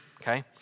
okay